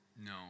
No